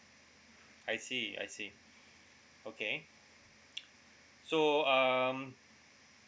I see I see okay so um